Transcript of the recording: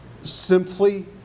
simply